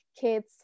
kids